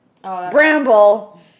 Bramble